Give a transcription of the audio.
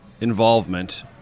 involvement